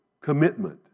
commitment